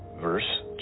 verse